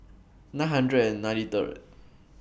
nine hundred and ninety Third